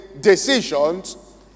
decisions